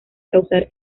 causar